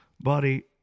Buddy